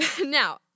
Now